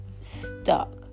stuck